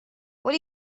what